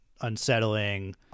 unsettling